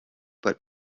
but